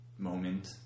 moment